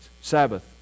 Sabbath